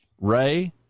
Ray